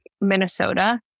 Minnesota